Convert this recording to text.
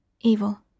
evil